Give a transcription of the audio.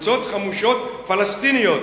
קבוצות חמושות פלסטיניות,